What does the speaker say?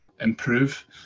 improve